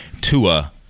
Tua